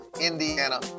Indiana